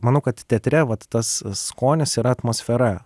manau kad teatre vat tas skonis yra atmosfera